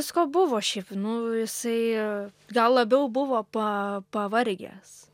visko buvo šiaip nu jisai gal labiau buvo pa pavargęs